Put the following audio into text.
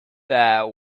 there